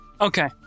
Okay